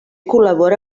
col·labora